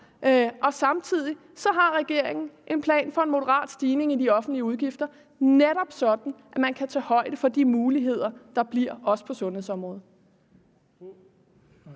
og samtidig har regeringen en plan for en moderat stigning i de offentlige udgifter, netop sådan at man kan tage højde for de muligheder, der bliver også på sundhedsområdet.